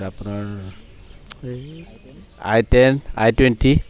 আপোনাৰ i ten i twenty